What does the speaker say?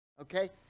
Okay